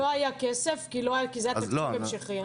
לא היה כסף כי זה היה תקציב המשכי.